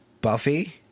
Buffy